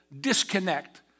disconnect